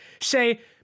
say